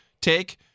take